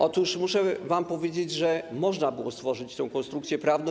Otóż muszę wam powiedzieć, że można było stworzyć tę konstrukcję prawną.